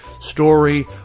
story